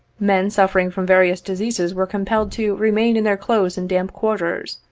men suffering from various diseases were compelled to remain in their close and damp quarters,